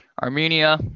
Armenia